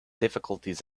difficulties